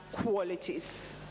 qualities